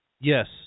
Yes